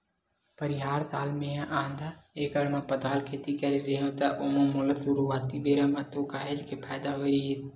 परिहार साल मेहा आधा एकड़ म पताल खेती करे रेहेव त ओमा मोला सुरुवाती बेरा म तो काहेच के फायदा होय रहिस